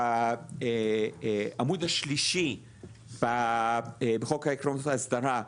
העמוד השלישי בחוק עקרונות האסדרה,